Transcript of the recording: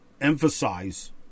emphasize